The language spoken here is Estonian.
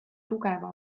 tugeva